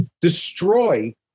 destroy